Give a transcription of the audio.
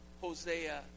Hosea